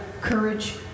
courage